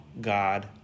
God